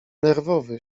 nerwowy